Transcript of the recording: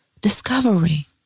discovery